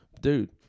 Dude